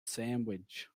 sandwich